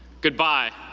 goodbye.